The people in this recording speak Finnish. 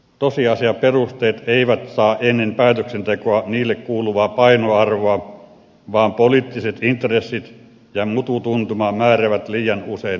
tosiasiaperusteet eivät saa ennen päätöksentekoa niille kuuluvaa painoarvoa vaan poliittiset intressit ja mututuntuma määräävät liian usein lopputuloksen